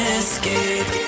escape